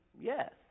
Yes